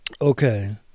okay